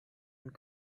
und